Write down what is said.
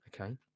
Okay